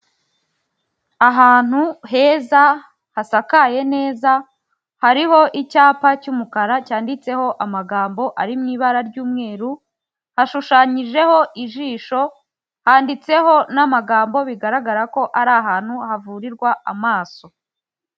Ahantu heza hasakaye neza hariho icyapa cy'umukara cyanditseho amagambo ari mu ibara ry'umweru, hashushanyijeho, ijisho handitseho n'amagambo bigaragara ko ari ahantu havurirwa amaso.